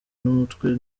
n’umutwe